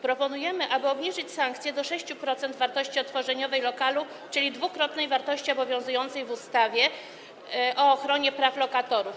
Proponujemy, aby obniżyć sankcje do 6% wartości odtworzeniowej lokalu, czyli dwukrotnej wartości obowiązującej w ustawie o ochronie praw lokatorów.